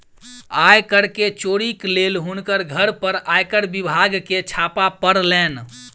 आय कर के चोरी के लेल हुनकर घर पर आयकर विभाग के छापा पड़लैन